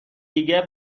دیگه